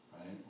Right